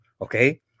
okay